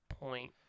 point